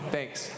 Thanks